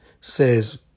says